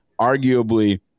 arguably